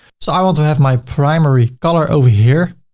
so i want to have my primary color over here.